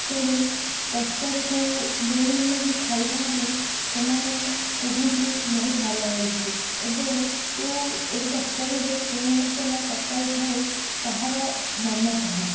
ତେଣୁ ତରକାରୀକୁ ଯେଉଁମାନେ ବି ଖାଇଥା'ନ୍ତି ସେମାନେ କୁହନ୍ତି ବହୁତ ଭଲ ହୋଇଛି ଏବଂ ତୁ ଏହି ତରକାରୀରେ କେଉଁ ମସଲା ପକାଇଥାଉ ତାହାର ନାମ କହ